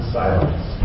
silence